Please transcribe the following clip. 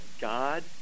God